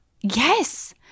Yes